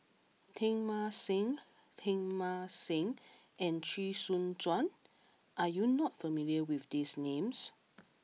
Teng Mah Seng Teng Mah Seng and Chee Soon Juan are you not familiar with these names